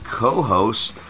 co-hosts